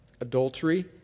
adultery